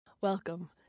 Welcome